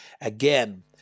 Again